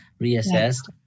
reassessed